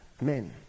men